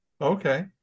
Okay